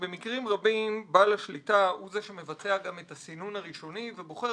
במקרים רבים בעל השליטה הוא זה שמבצע את הסינון הראשוני ובוחר